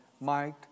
Mike